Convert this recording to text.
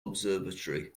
observatory